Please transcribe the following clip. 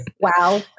wow